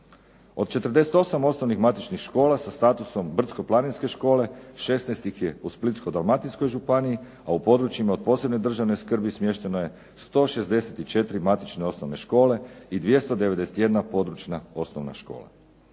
Od 48 osnovnih matičnih škola sa statusom brdsko-planinske škole 16 ih je u Splitsko-dalmatinskoj županiji, a u područjima od posebne državne skrbi smješteno je 164 matične osnovne škole i 291 područna osnovna škola.